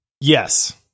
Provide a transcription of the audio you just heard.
Yes